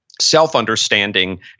self-understanding